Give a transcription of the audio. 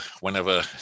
whenever